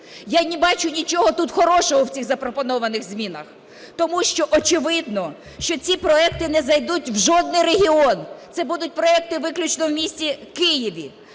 Я не бачу нічого тут хорошого, в цих запропонованих змінах, тому що очевидно, що ці проекти не зайдуть у жодний регіон, це будуть проекти виключно в місті Києві.